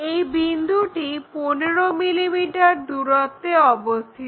এই বিন্দুটি 15 মিলিমিটার দূরত্বে অবস্থিত